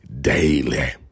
daily